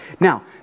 Now